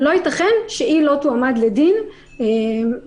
לא ייתכן שהיא לא תועמד לדין והפרקליטות